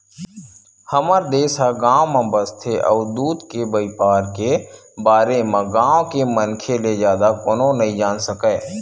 हमर देस ह गाँव म बसथे अउ दूद के बइपार के बारे म गाँव के मनखे ले जादा कोनो नइ जान सकय